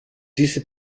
diese